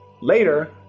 Later